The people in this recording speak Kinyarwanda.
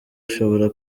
ushobora